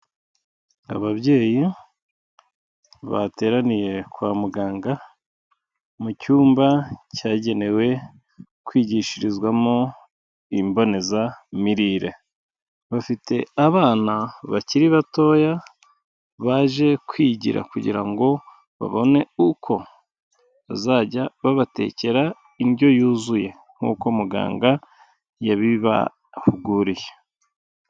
Ababyeyi bateraniye kwa muganga mu cyumba cyagenewe kwigishirizwamo imbonezamirire bafite abana bakiri batoya baje kwigira kugira ngo babone uko bazajya babatekera indyo yuzuye nk'uko muganga yabibahuguriye.